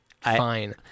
fine